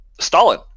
Stalin